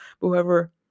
Whoever